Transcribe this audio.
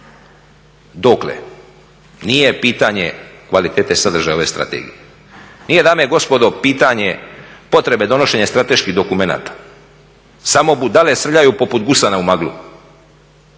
Dokle? Nije pitanje kvalitete sadržaja ove strategije, nije dame i gospodo pitanje potrebe donošenja strateških dokumenata. Samo budale srljaju poput gusana u maglu,